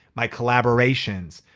my collaboration's,